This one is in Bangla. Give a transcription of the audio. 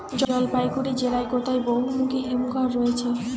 জলপাইগুড়ি জেলায় কোথায় বহুমুখী হিমঘর রয়েছে?